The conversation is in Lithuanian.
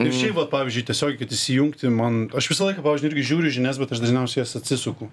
ir šiaip va pavyzdžiui tiesiog įsijungti man aš visą laiką pavyzdžiui irgi žiūriu žinias bet aš dazniausiai jas atsisuku